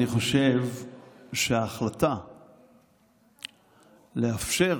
אני חושב שההחלטה לאפשר